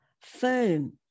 firm